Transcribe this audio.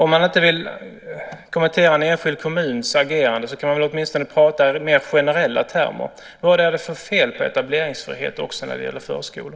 Om man inte vill kommentera en enskild kommuns agerande kan man åtminstone tala i mer generella termer. Vad är det för fel på etableringsfrihet också när det gäller förskolor?